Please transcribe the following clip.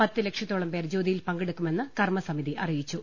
പത്തുലക്ഷത്തോളം പേർ ജ്യോതിയിൽ പങ്കെടുക്കുമെന്ന് കർമ്മസമിതി അറിയിച്ചു